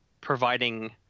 providing